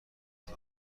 حتی